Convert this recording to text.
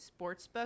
Sportsbook